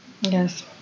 Yes